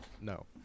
No